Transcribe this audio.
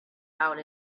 out